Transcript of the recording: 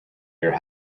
your